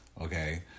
okay